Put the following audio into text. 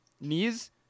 knees